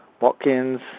Watkins